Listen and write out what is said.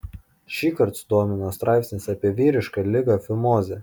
šįkart sudomino straipsnis apie vyrišką ligą fimozę